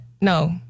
no